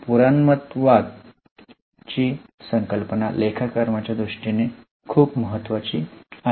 पुराणमतवाद ची ही संकल्पना लेखाकर्मांच्या दृष्टीने खूप महत्वाची आहे